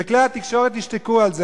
וכלי-התקשורת ישתקו על זה.